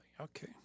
Okay